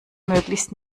möglichst